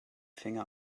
finger